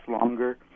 longer